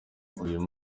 uyu